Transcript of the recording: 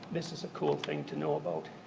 this is a cool thing to know about.